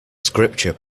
scripture